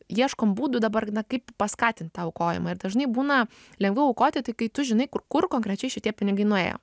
ieškom būdų dabar kaip paskatint tą aukojimą ir dažnai būna lengvai aukoti kai tu žinai kur kur konkrečiai šitie pinigai nuėjo